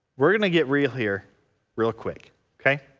we're gonna get real here real quick okay